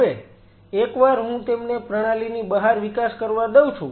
હવે એકવાર હું તેમને પ્રણાલીની બહાર વિકાસ કરવા દઉં છું